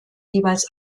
jeweils